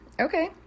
okay